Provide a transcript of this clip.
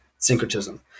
syncretism